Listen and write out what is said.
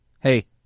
Hey